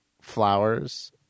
flowers